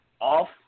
off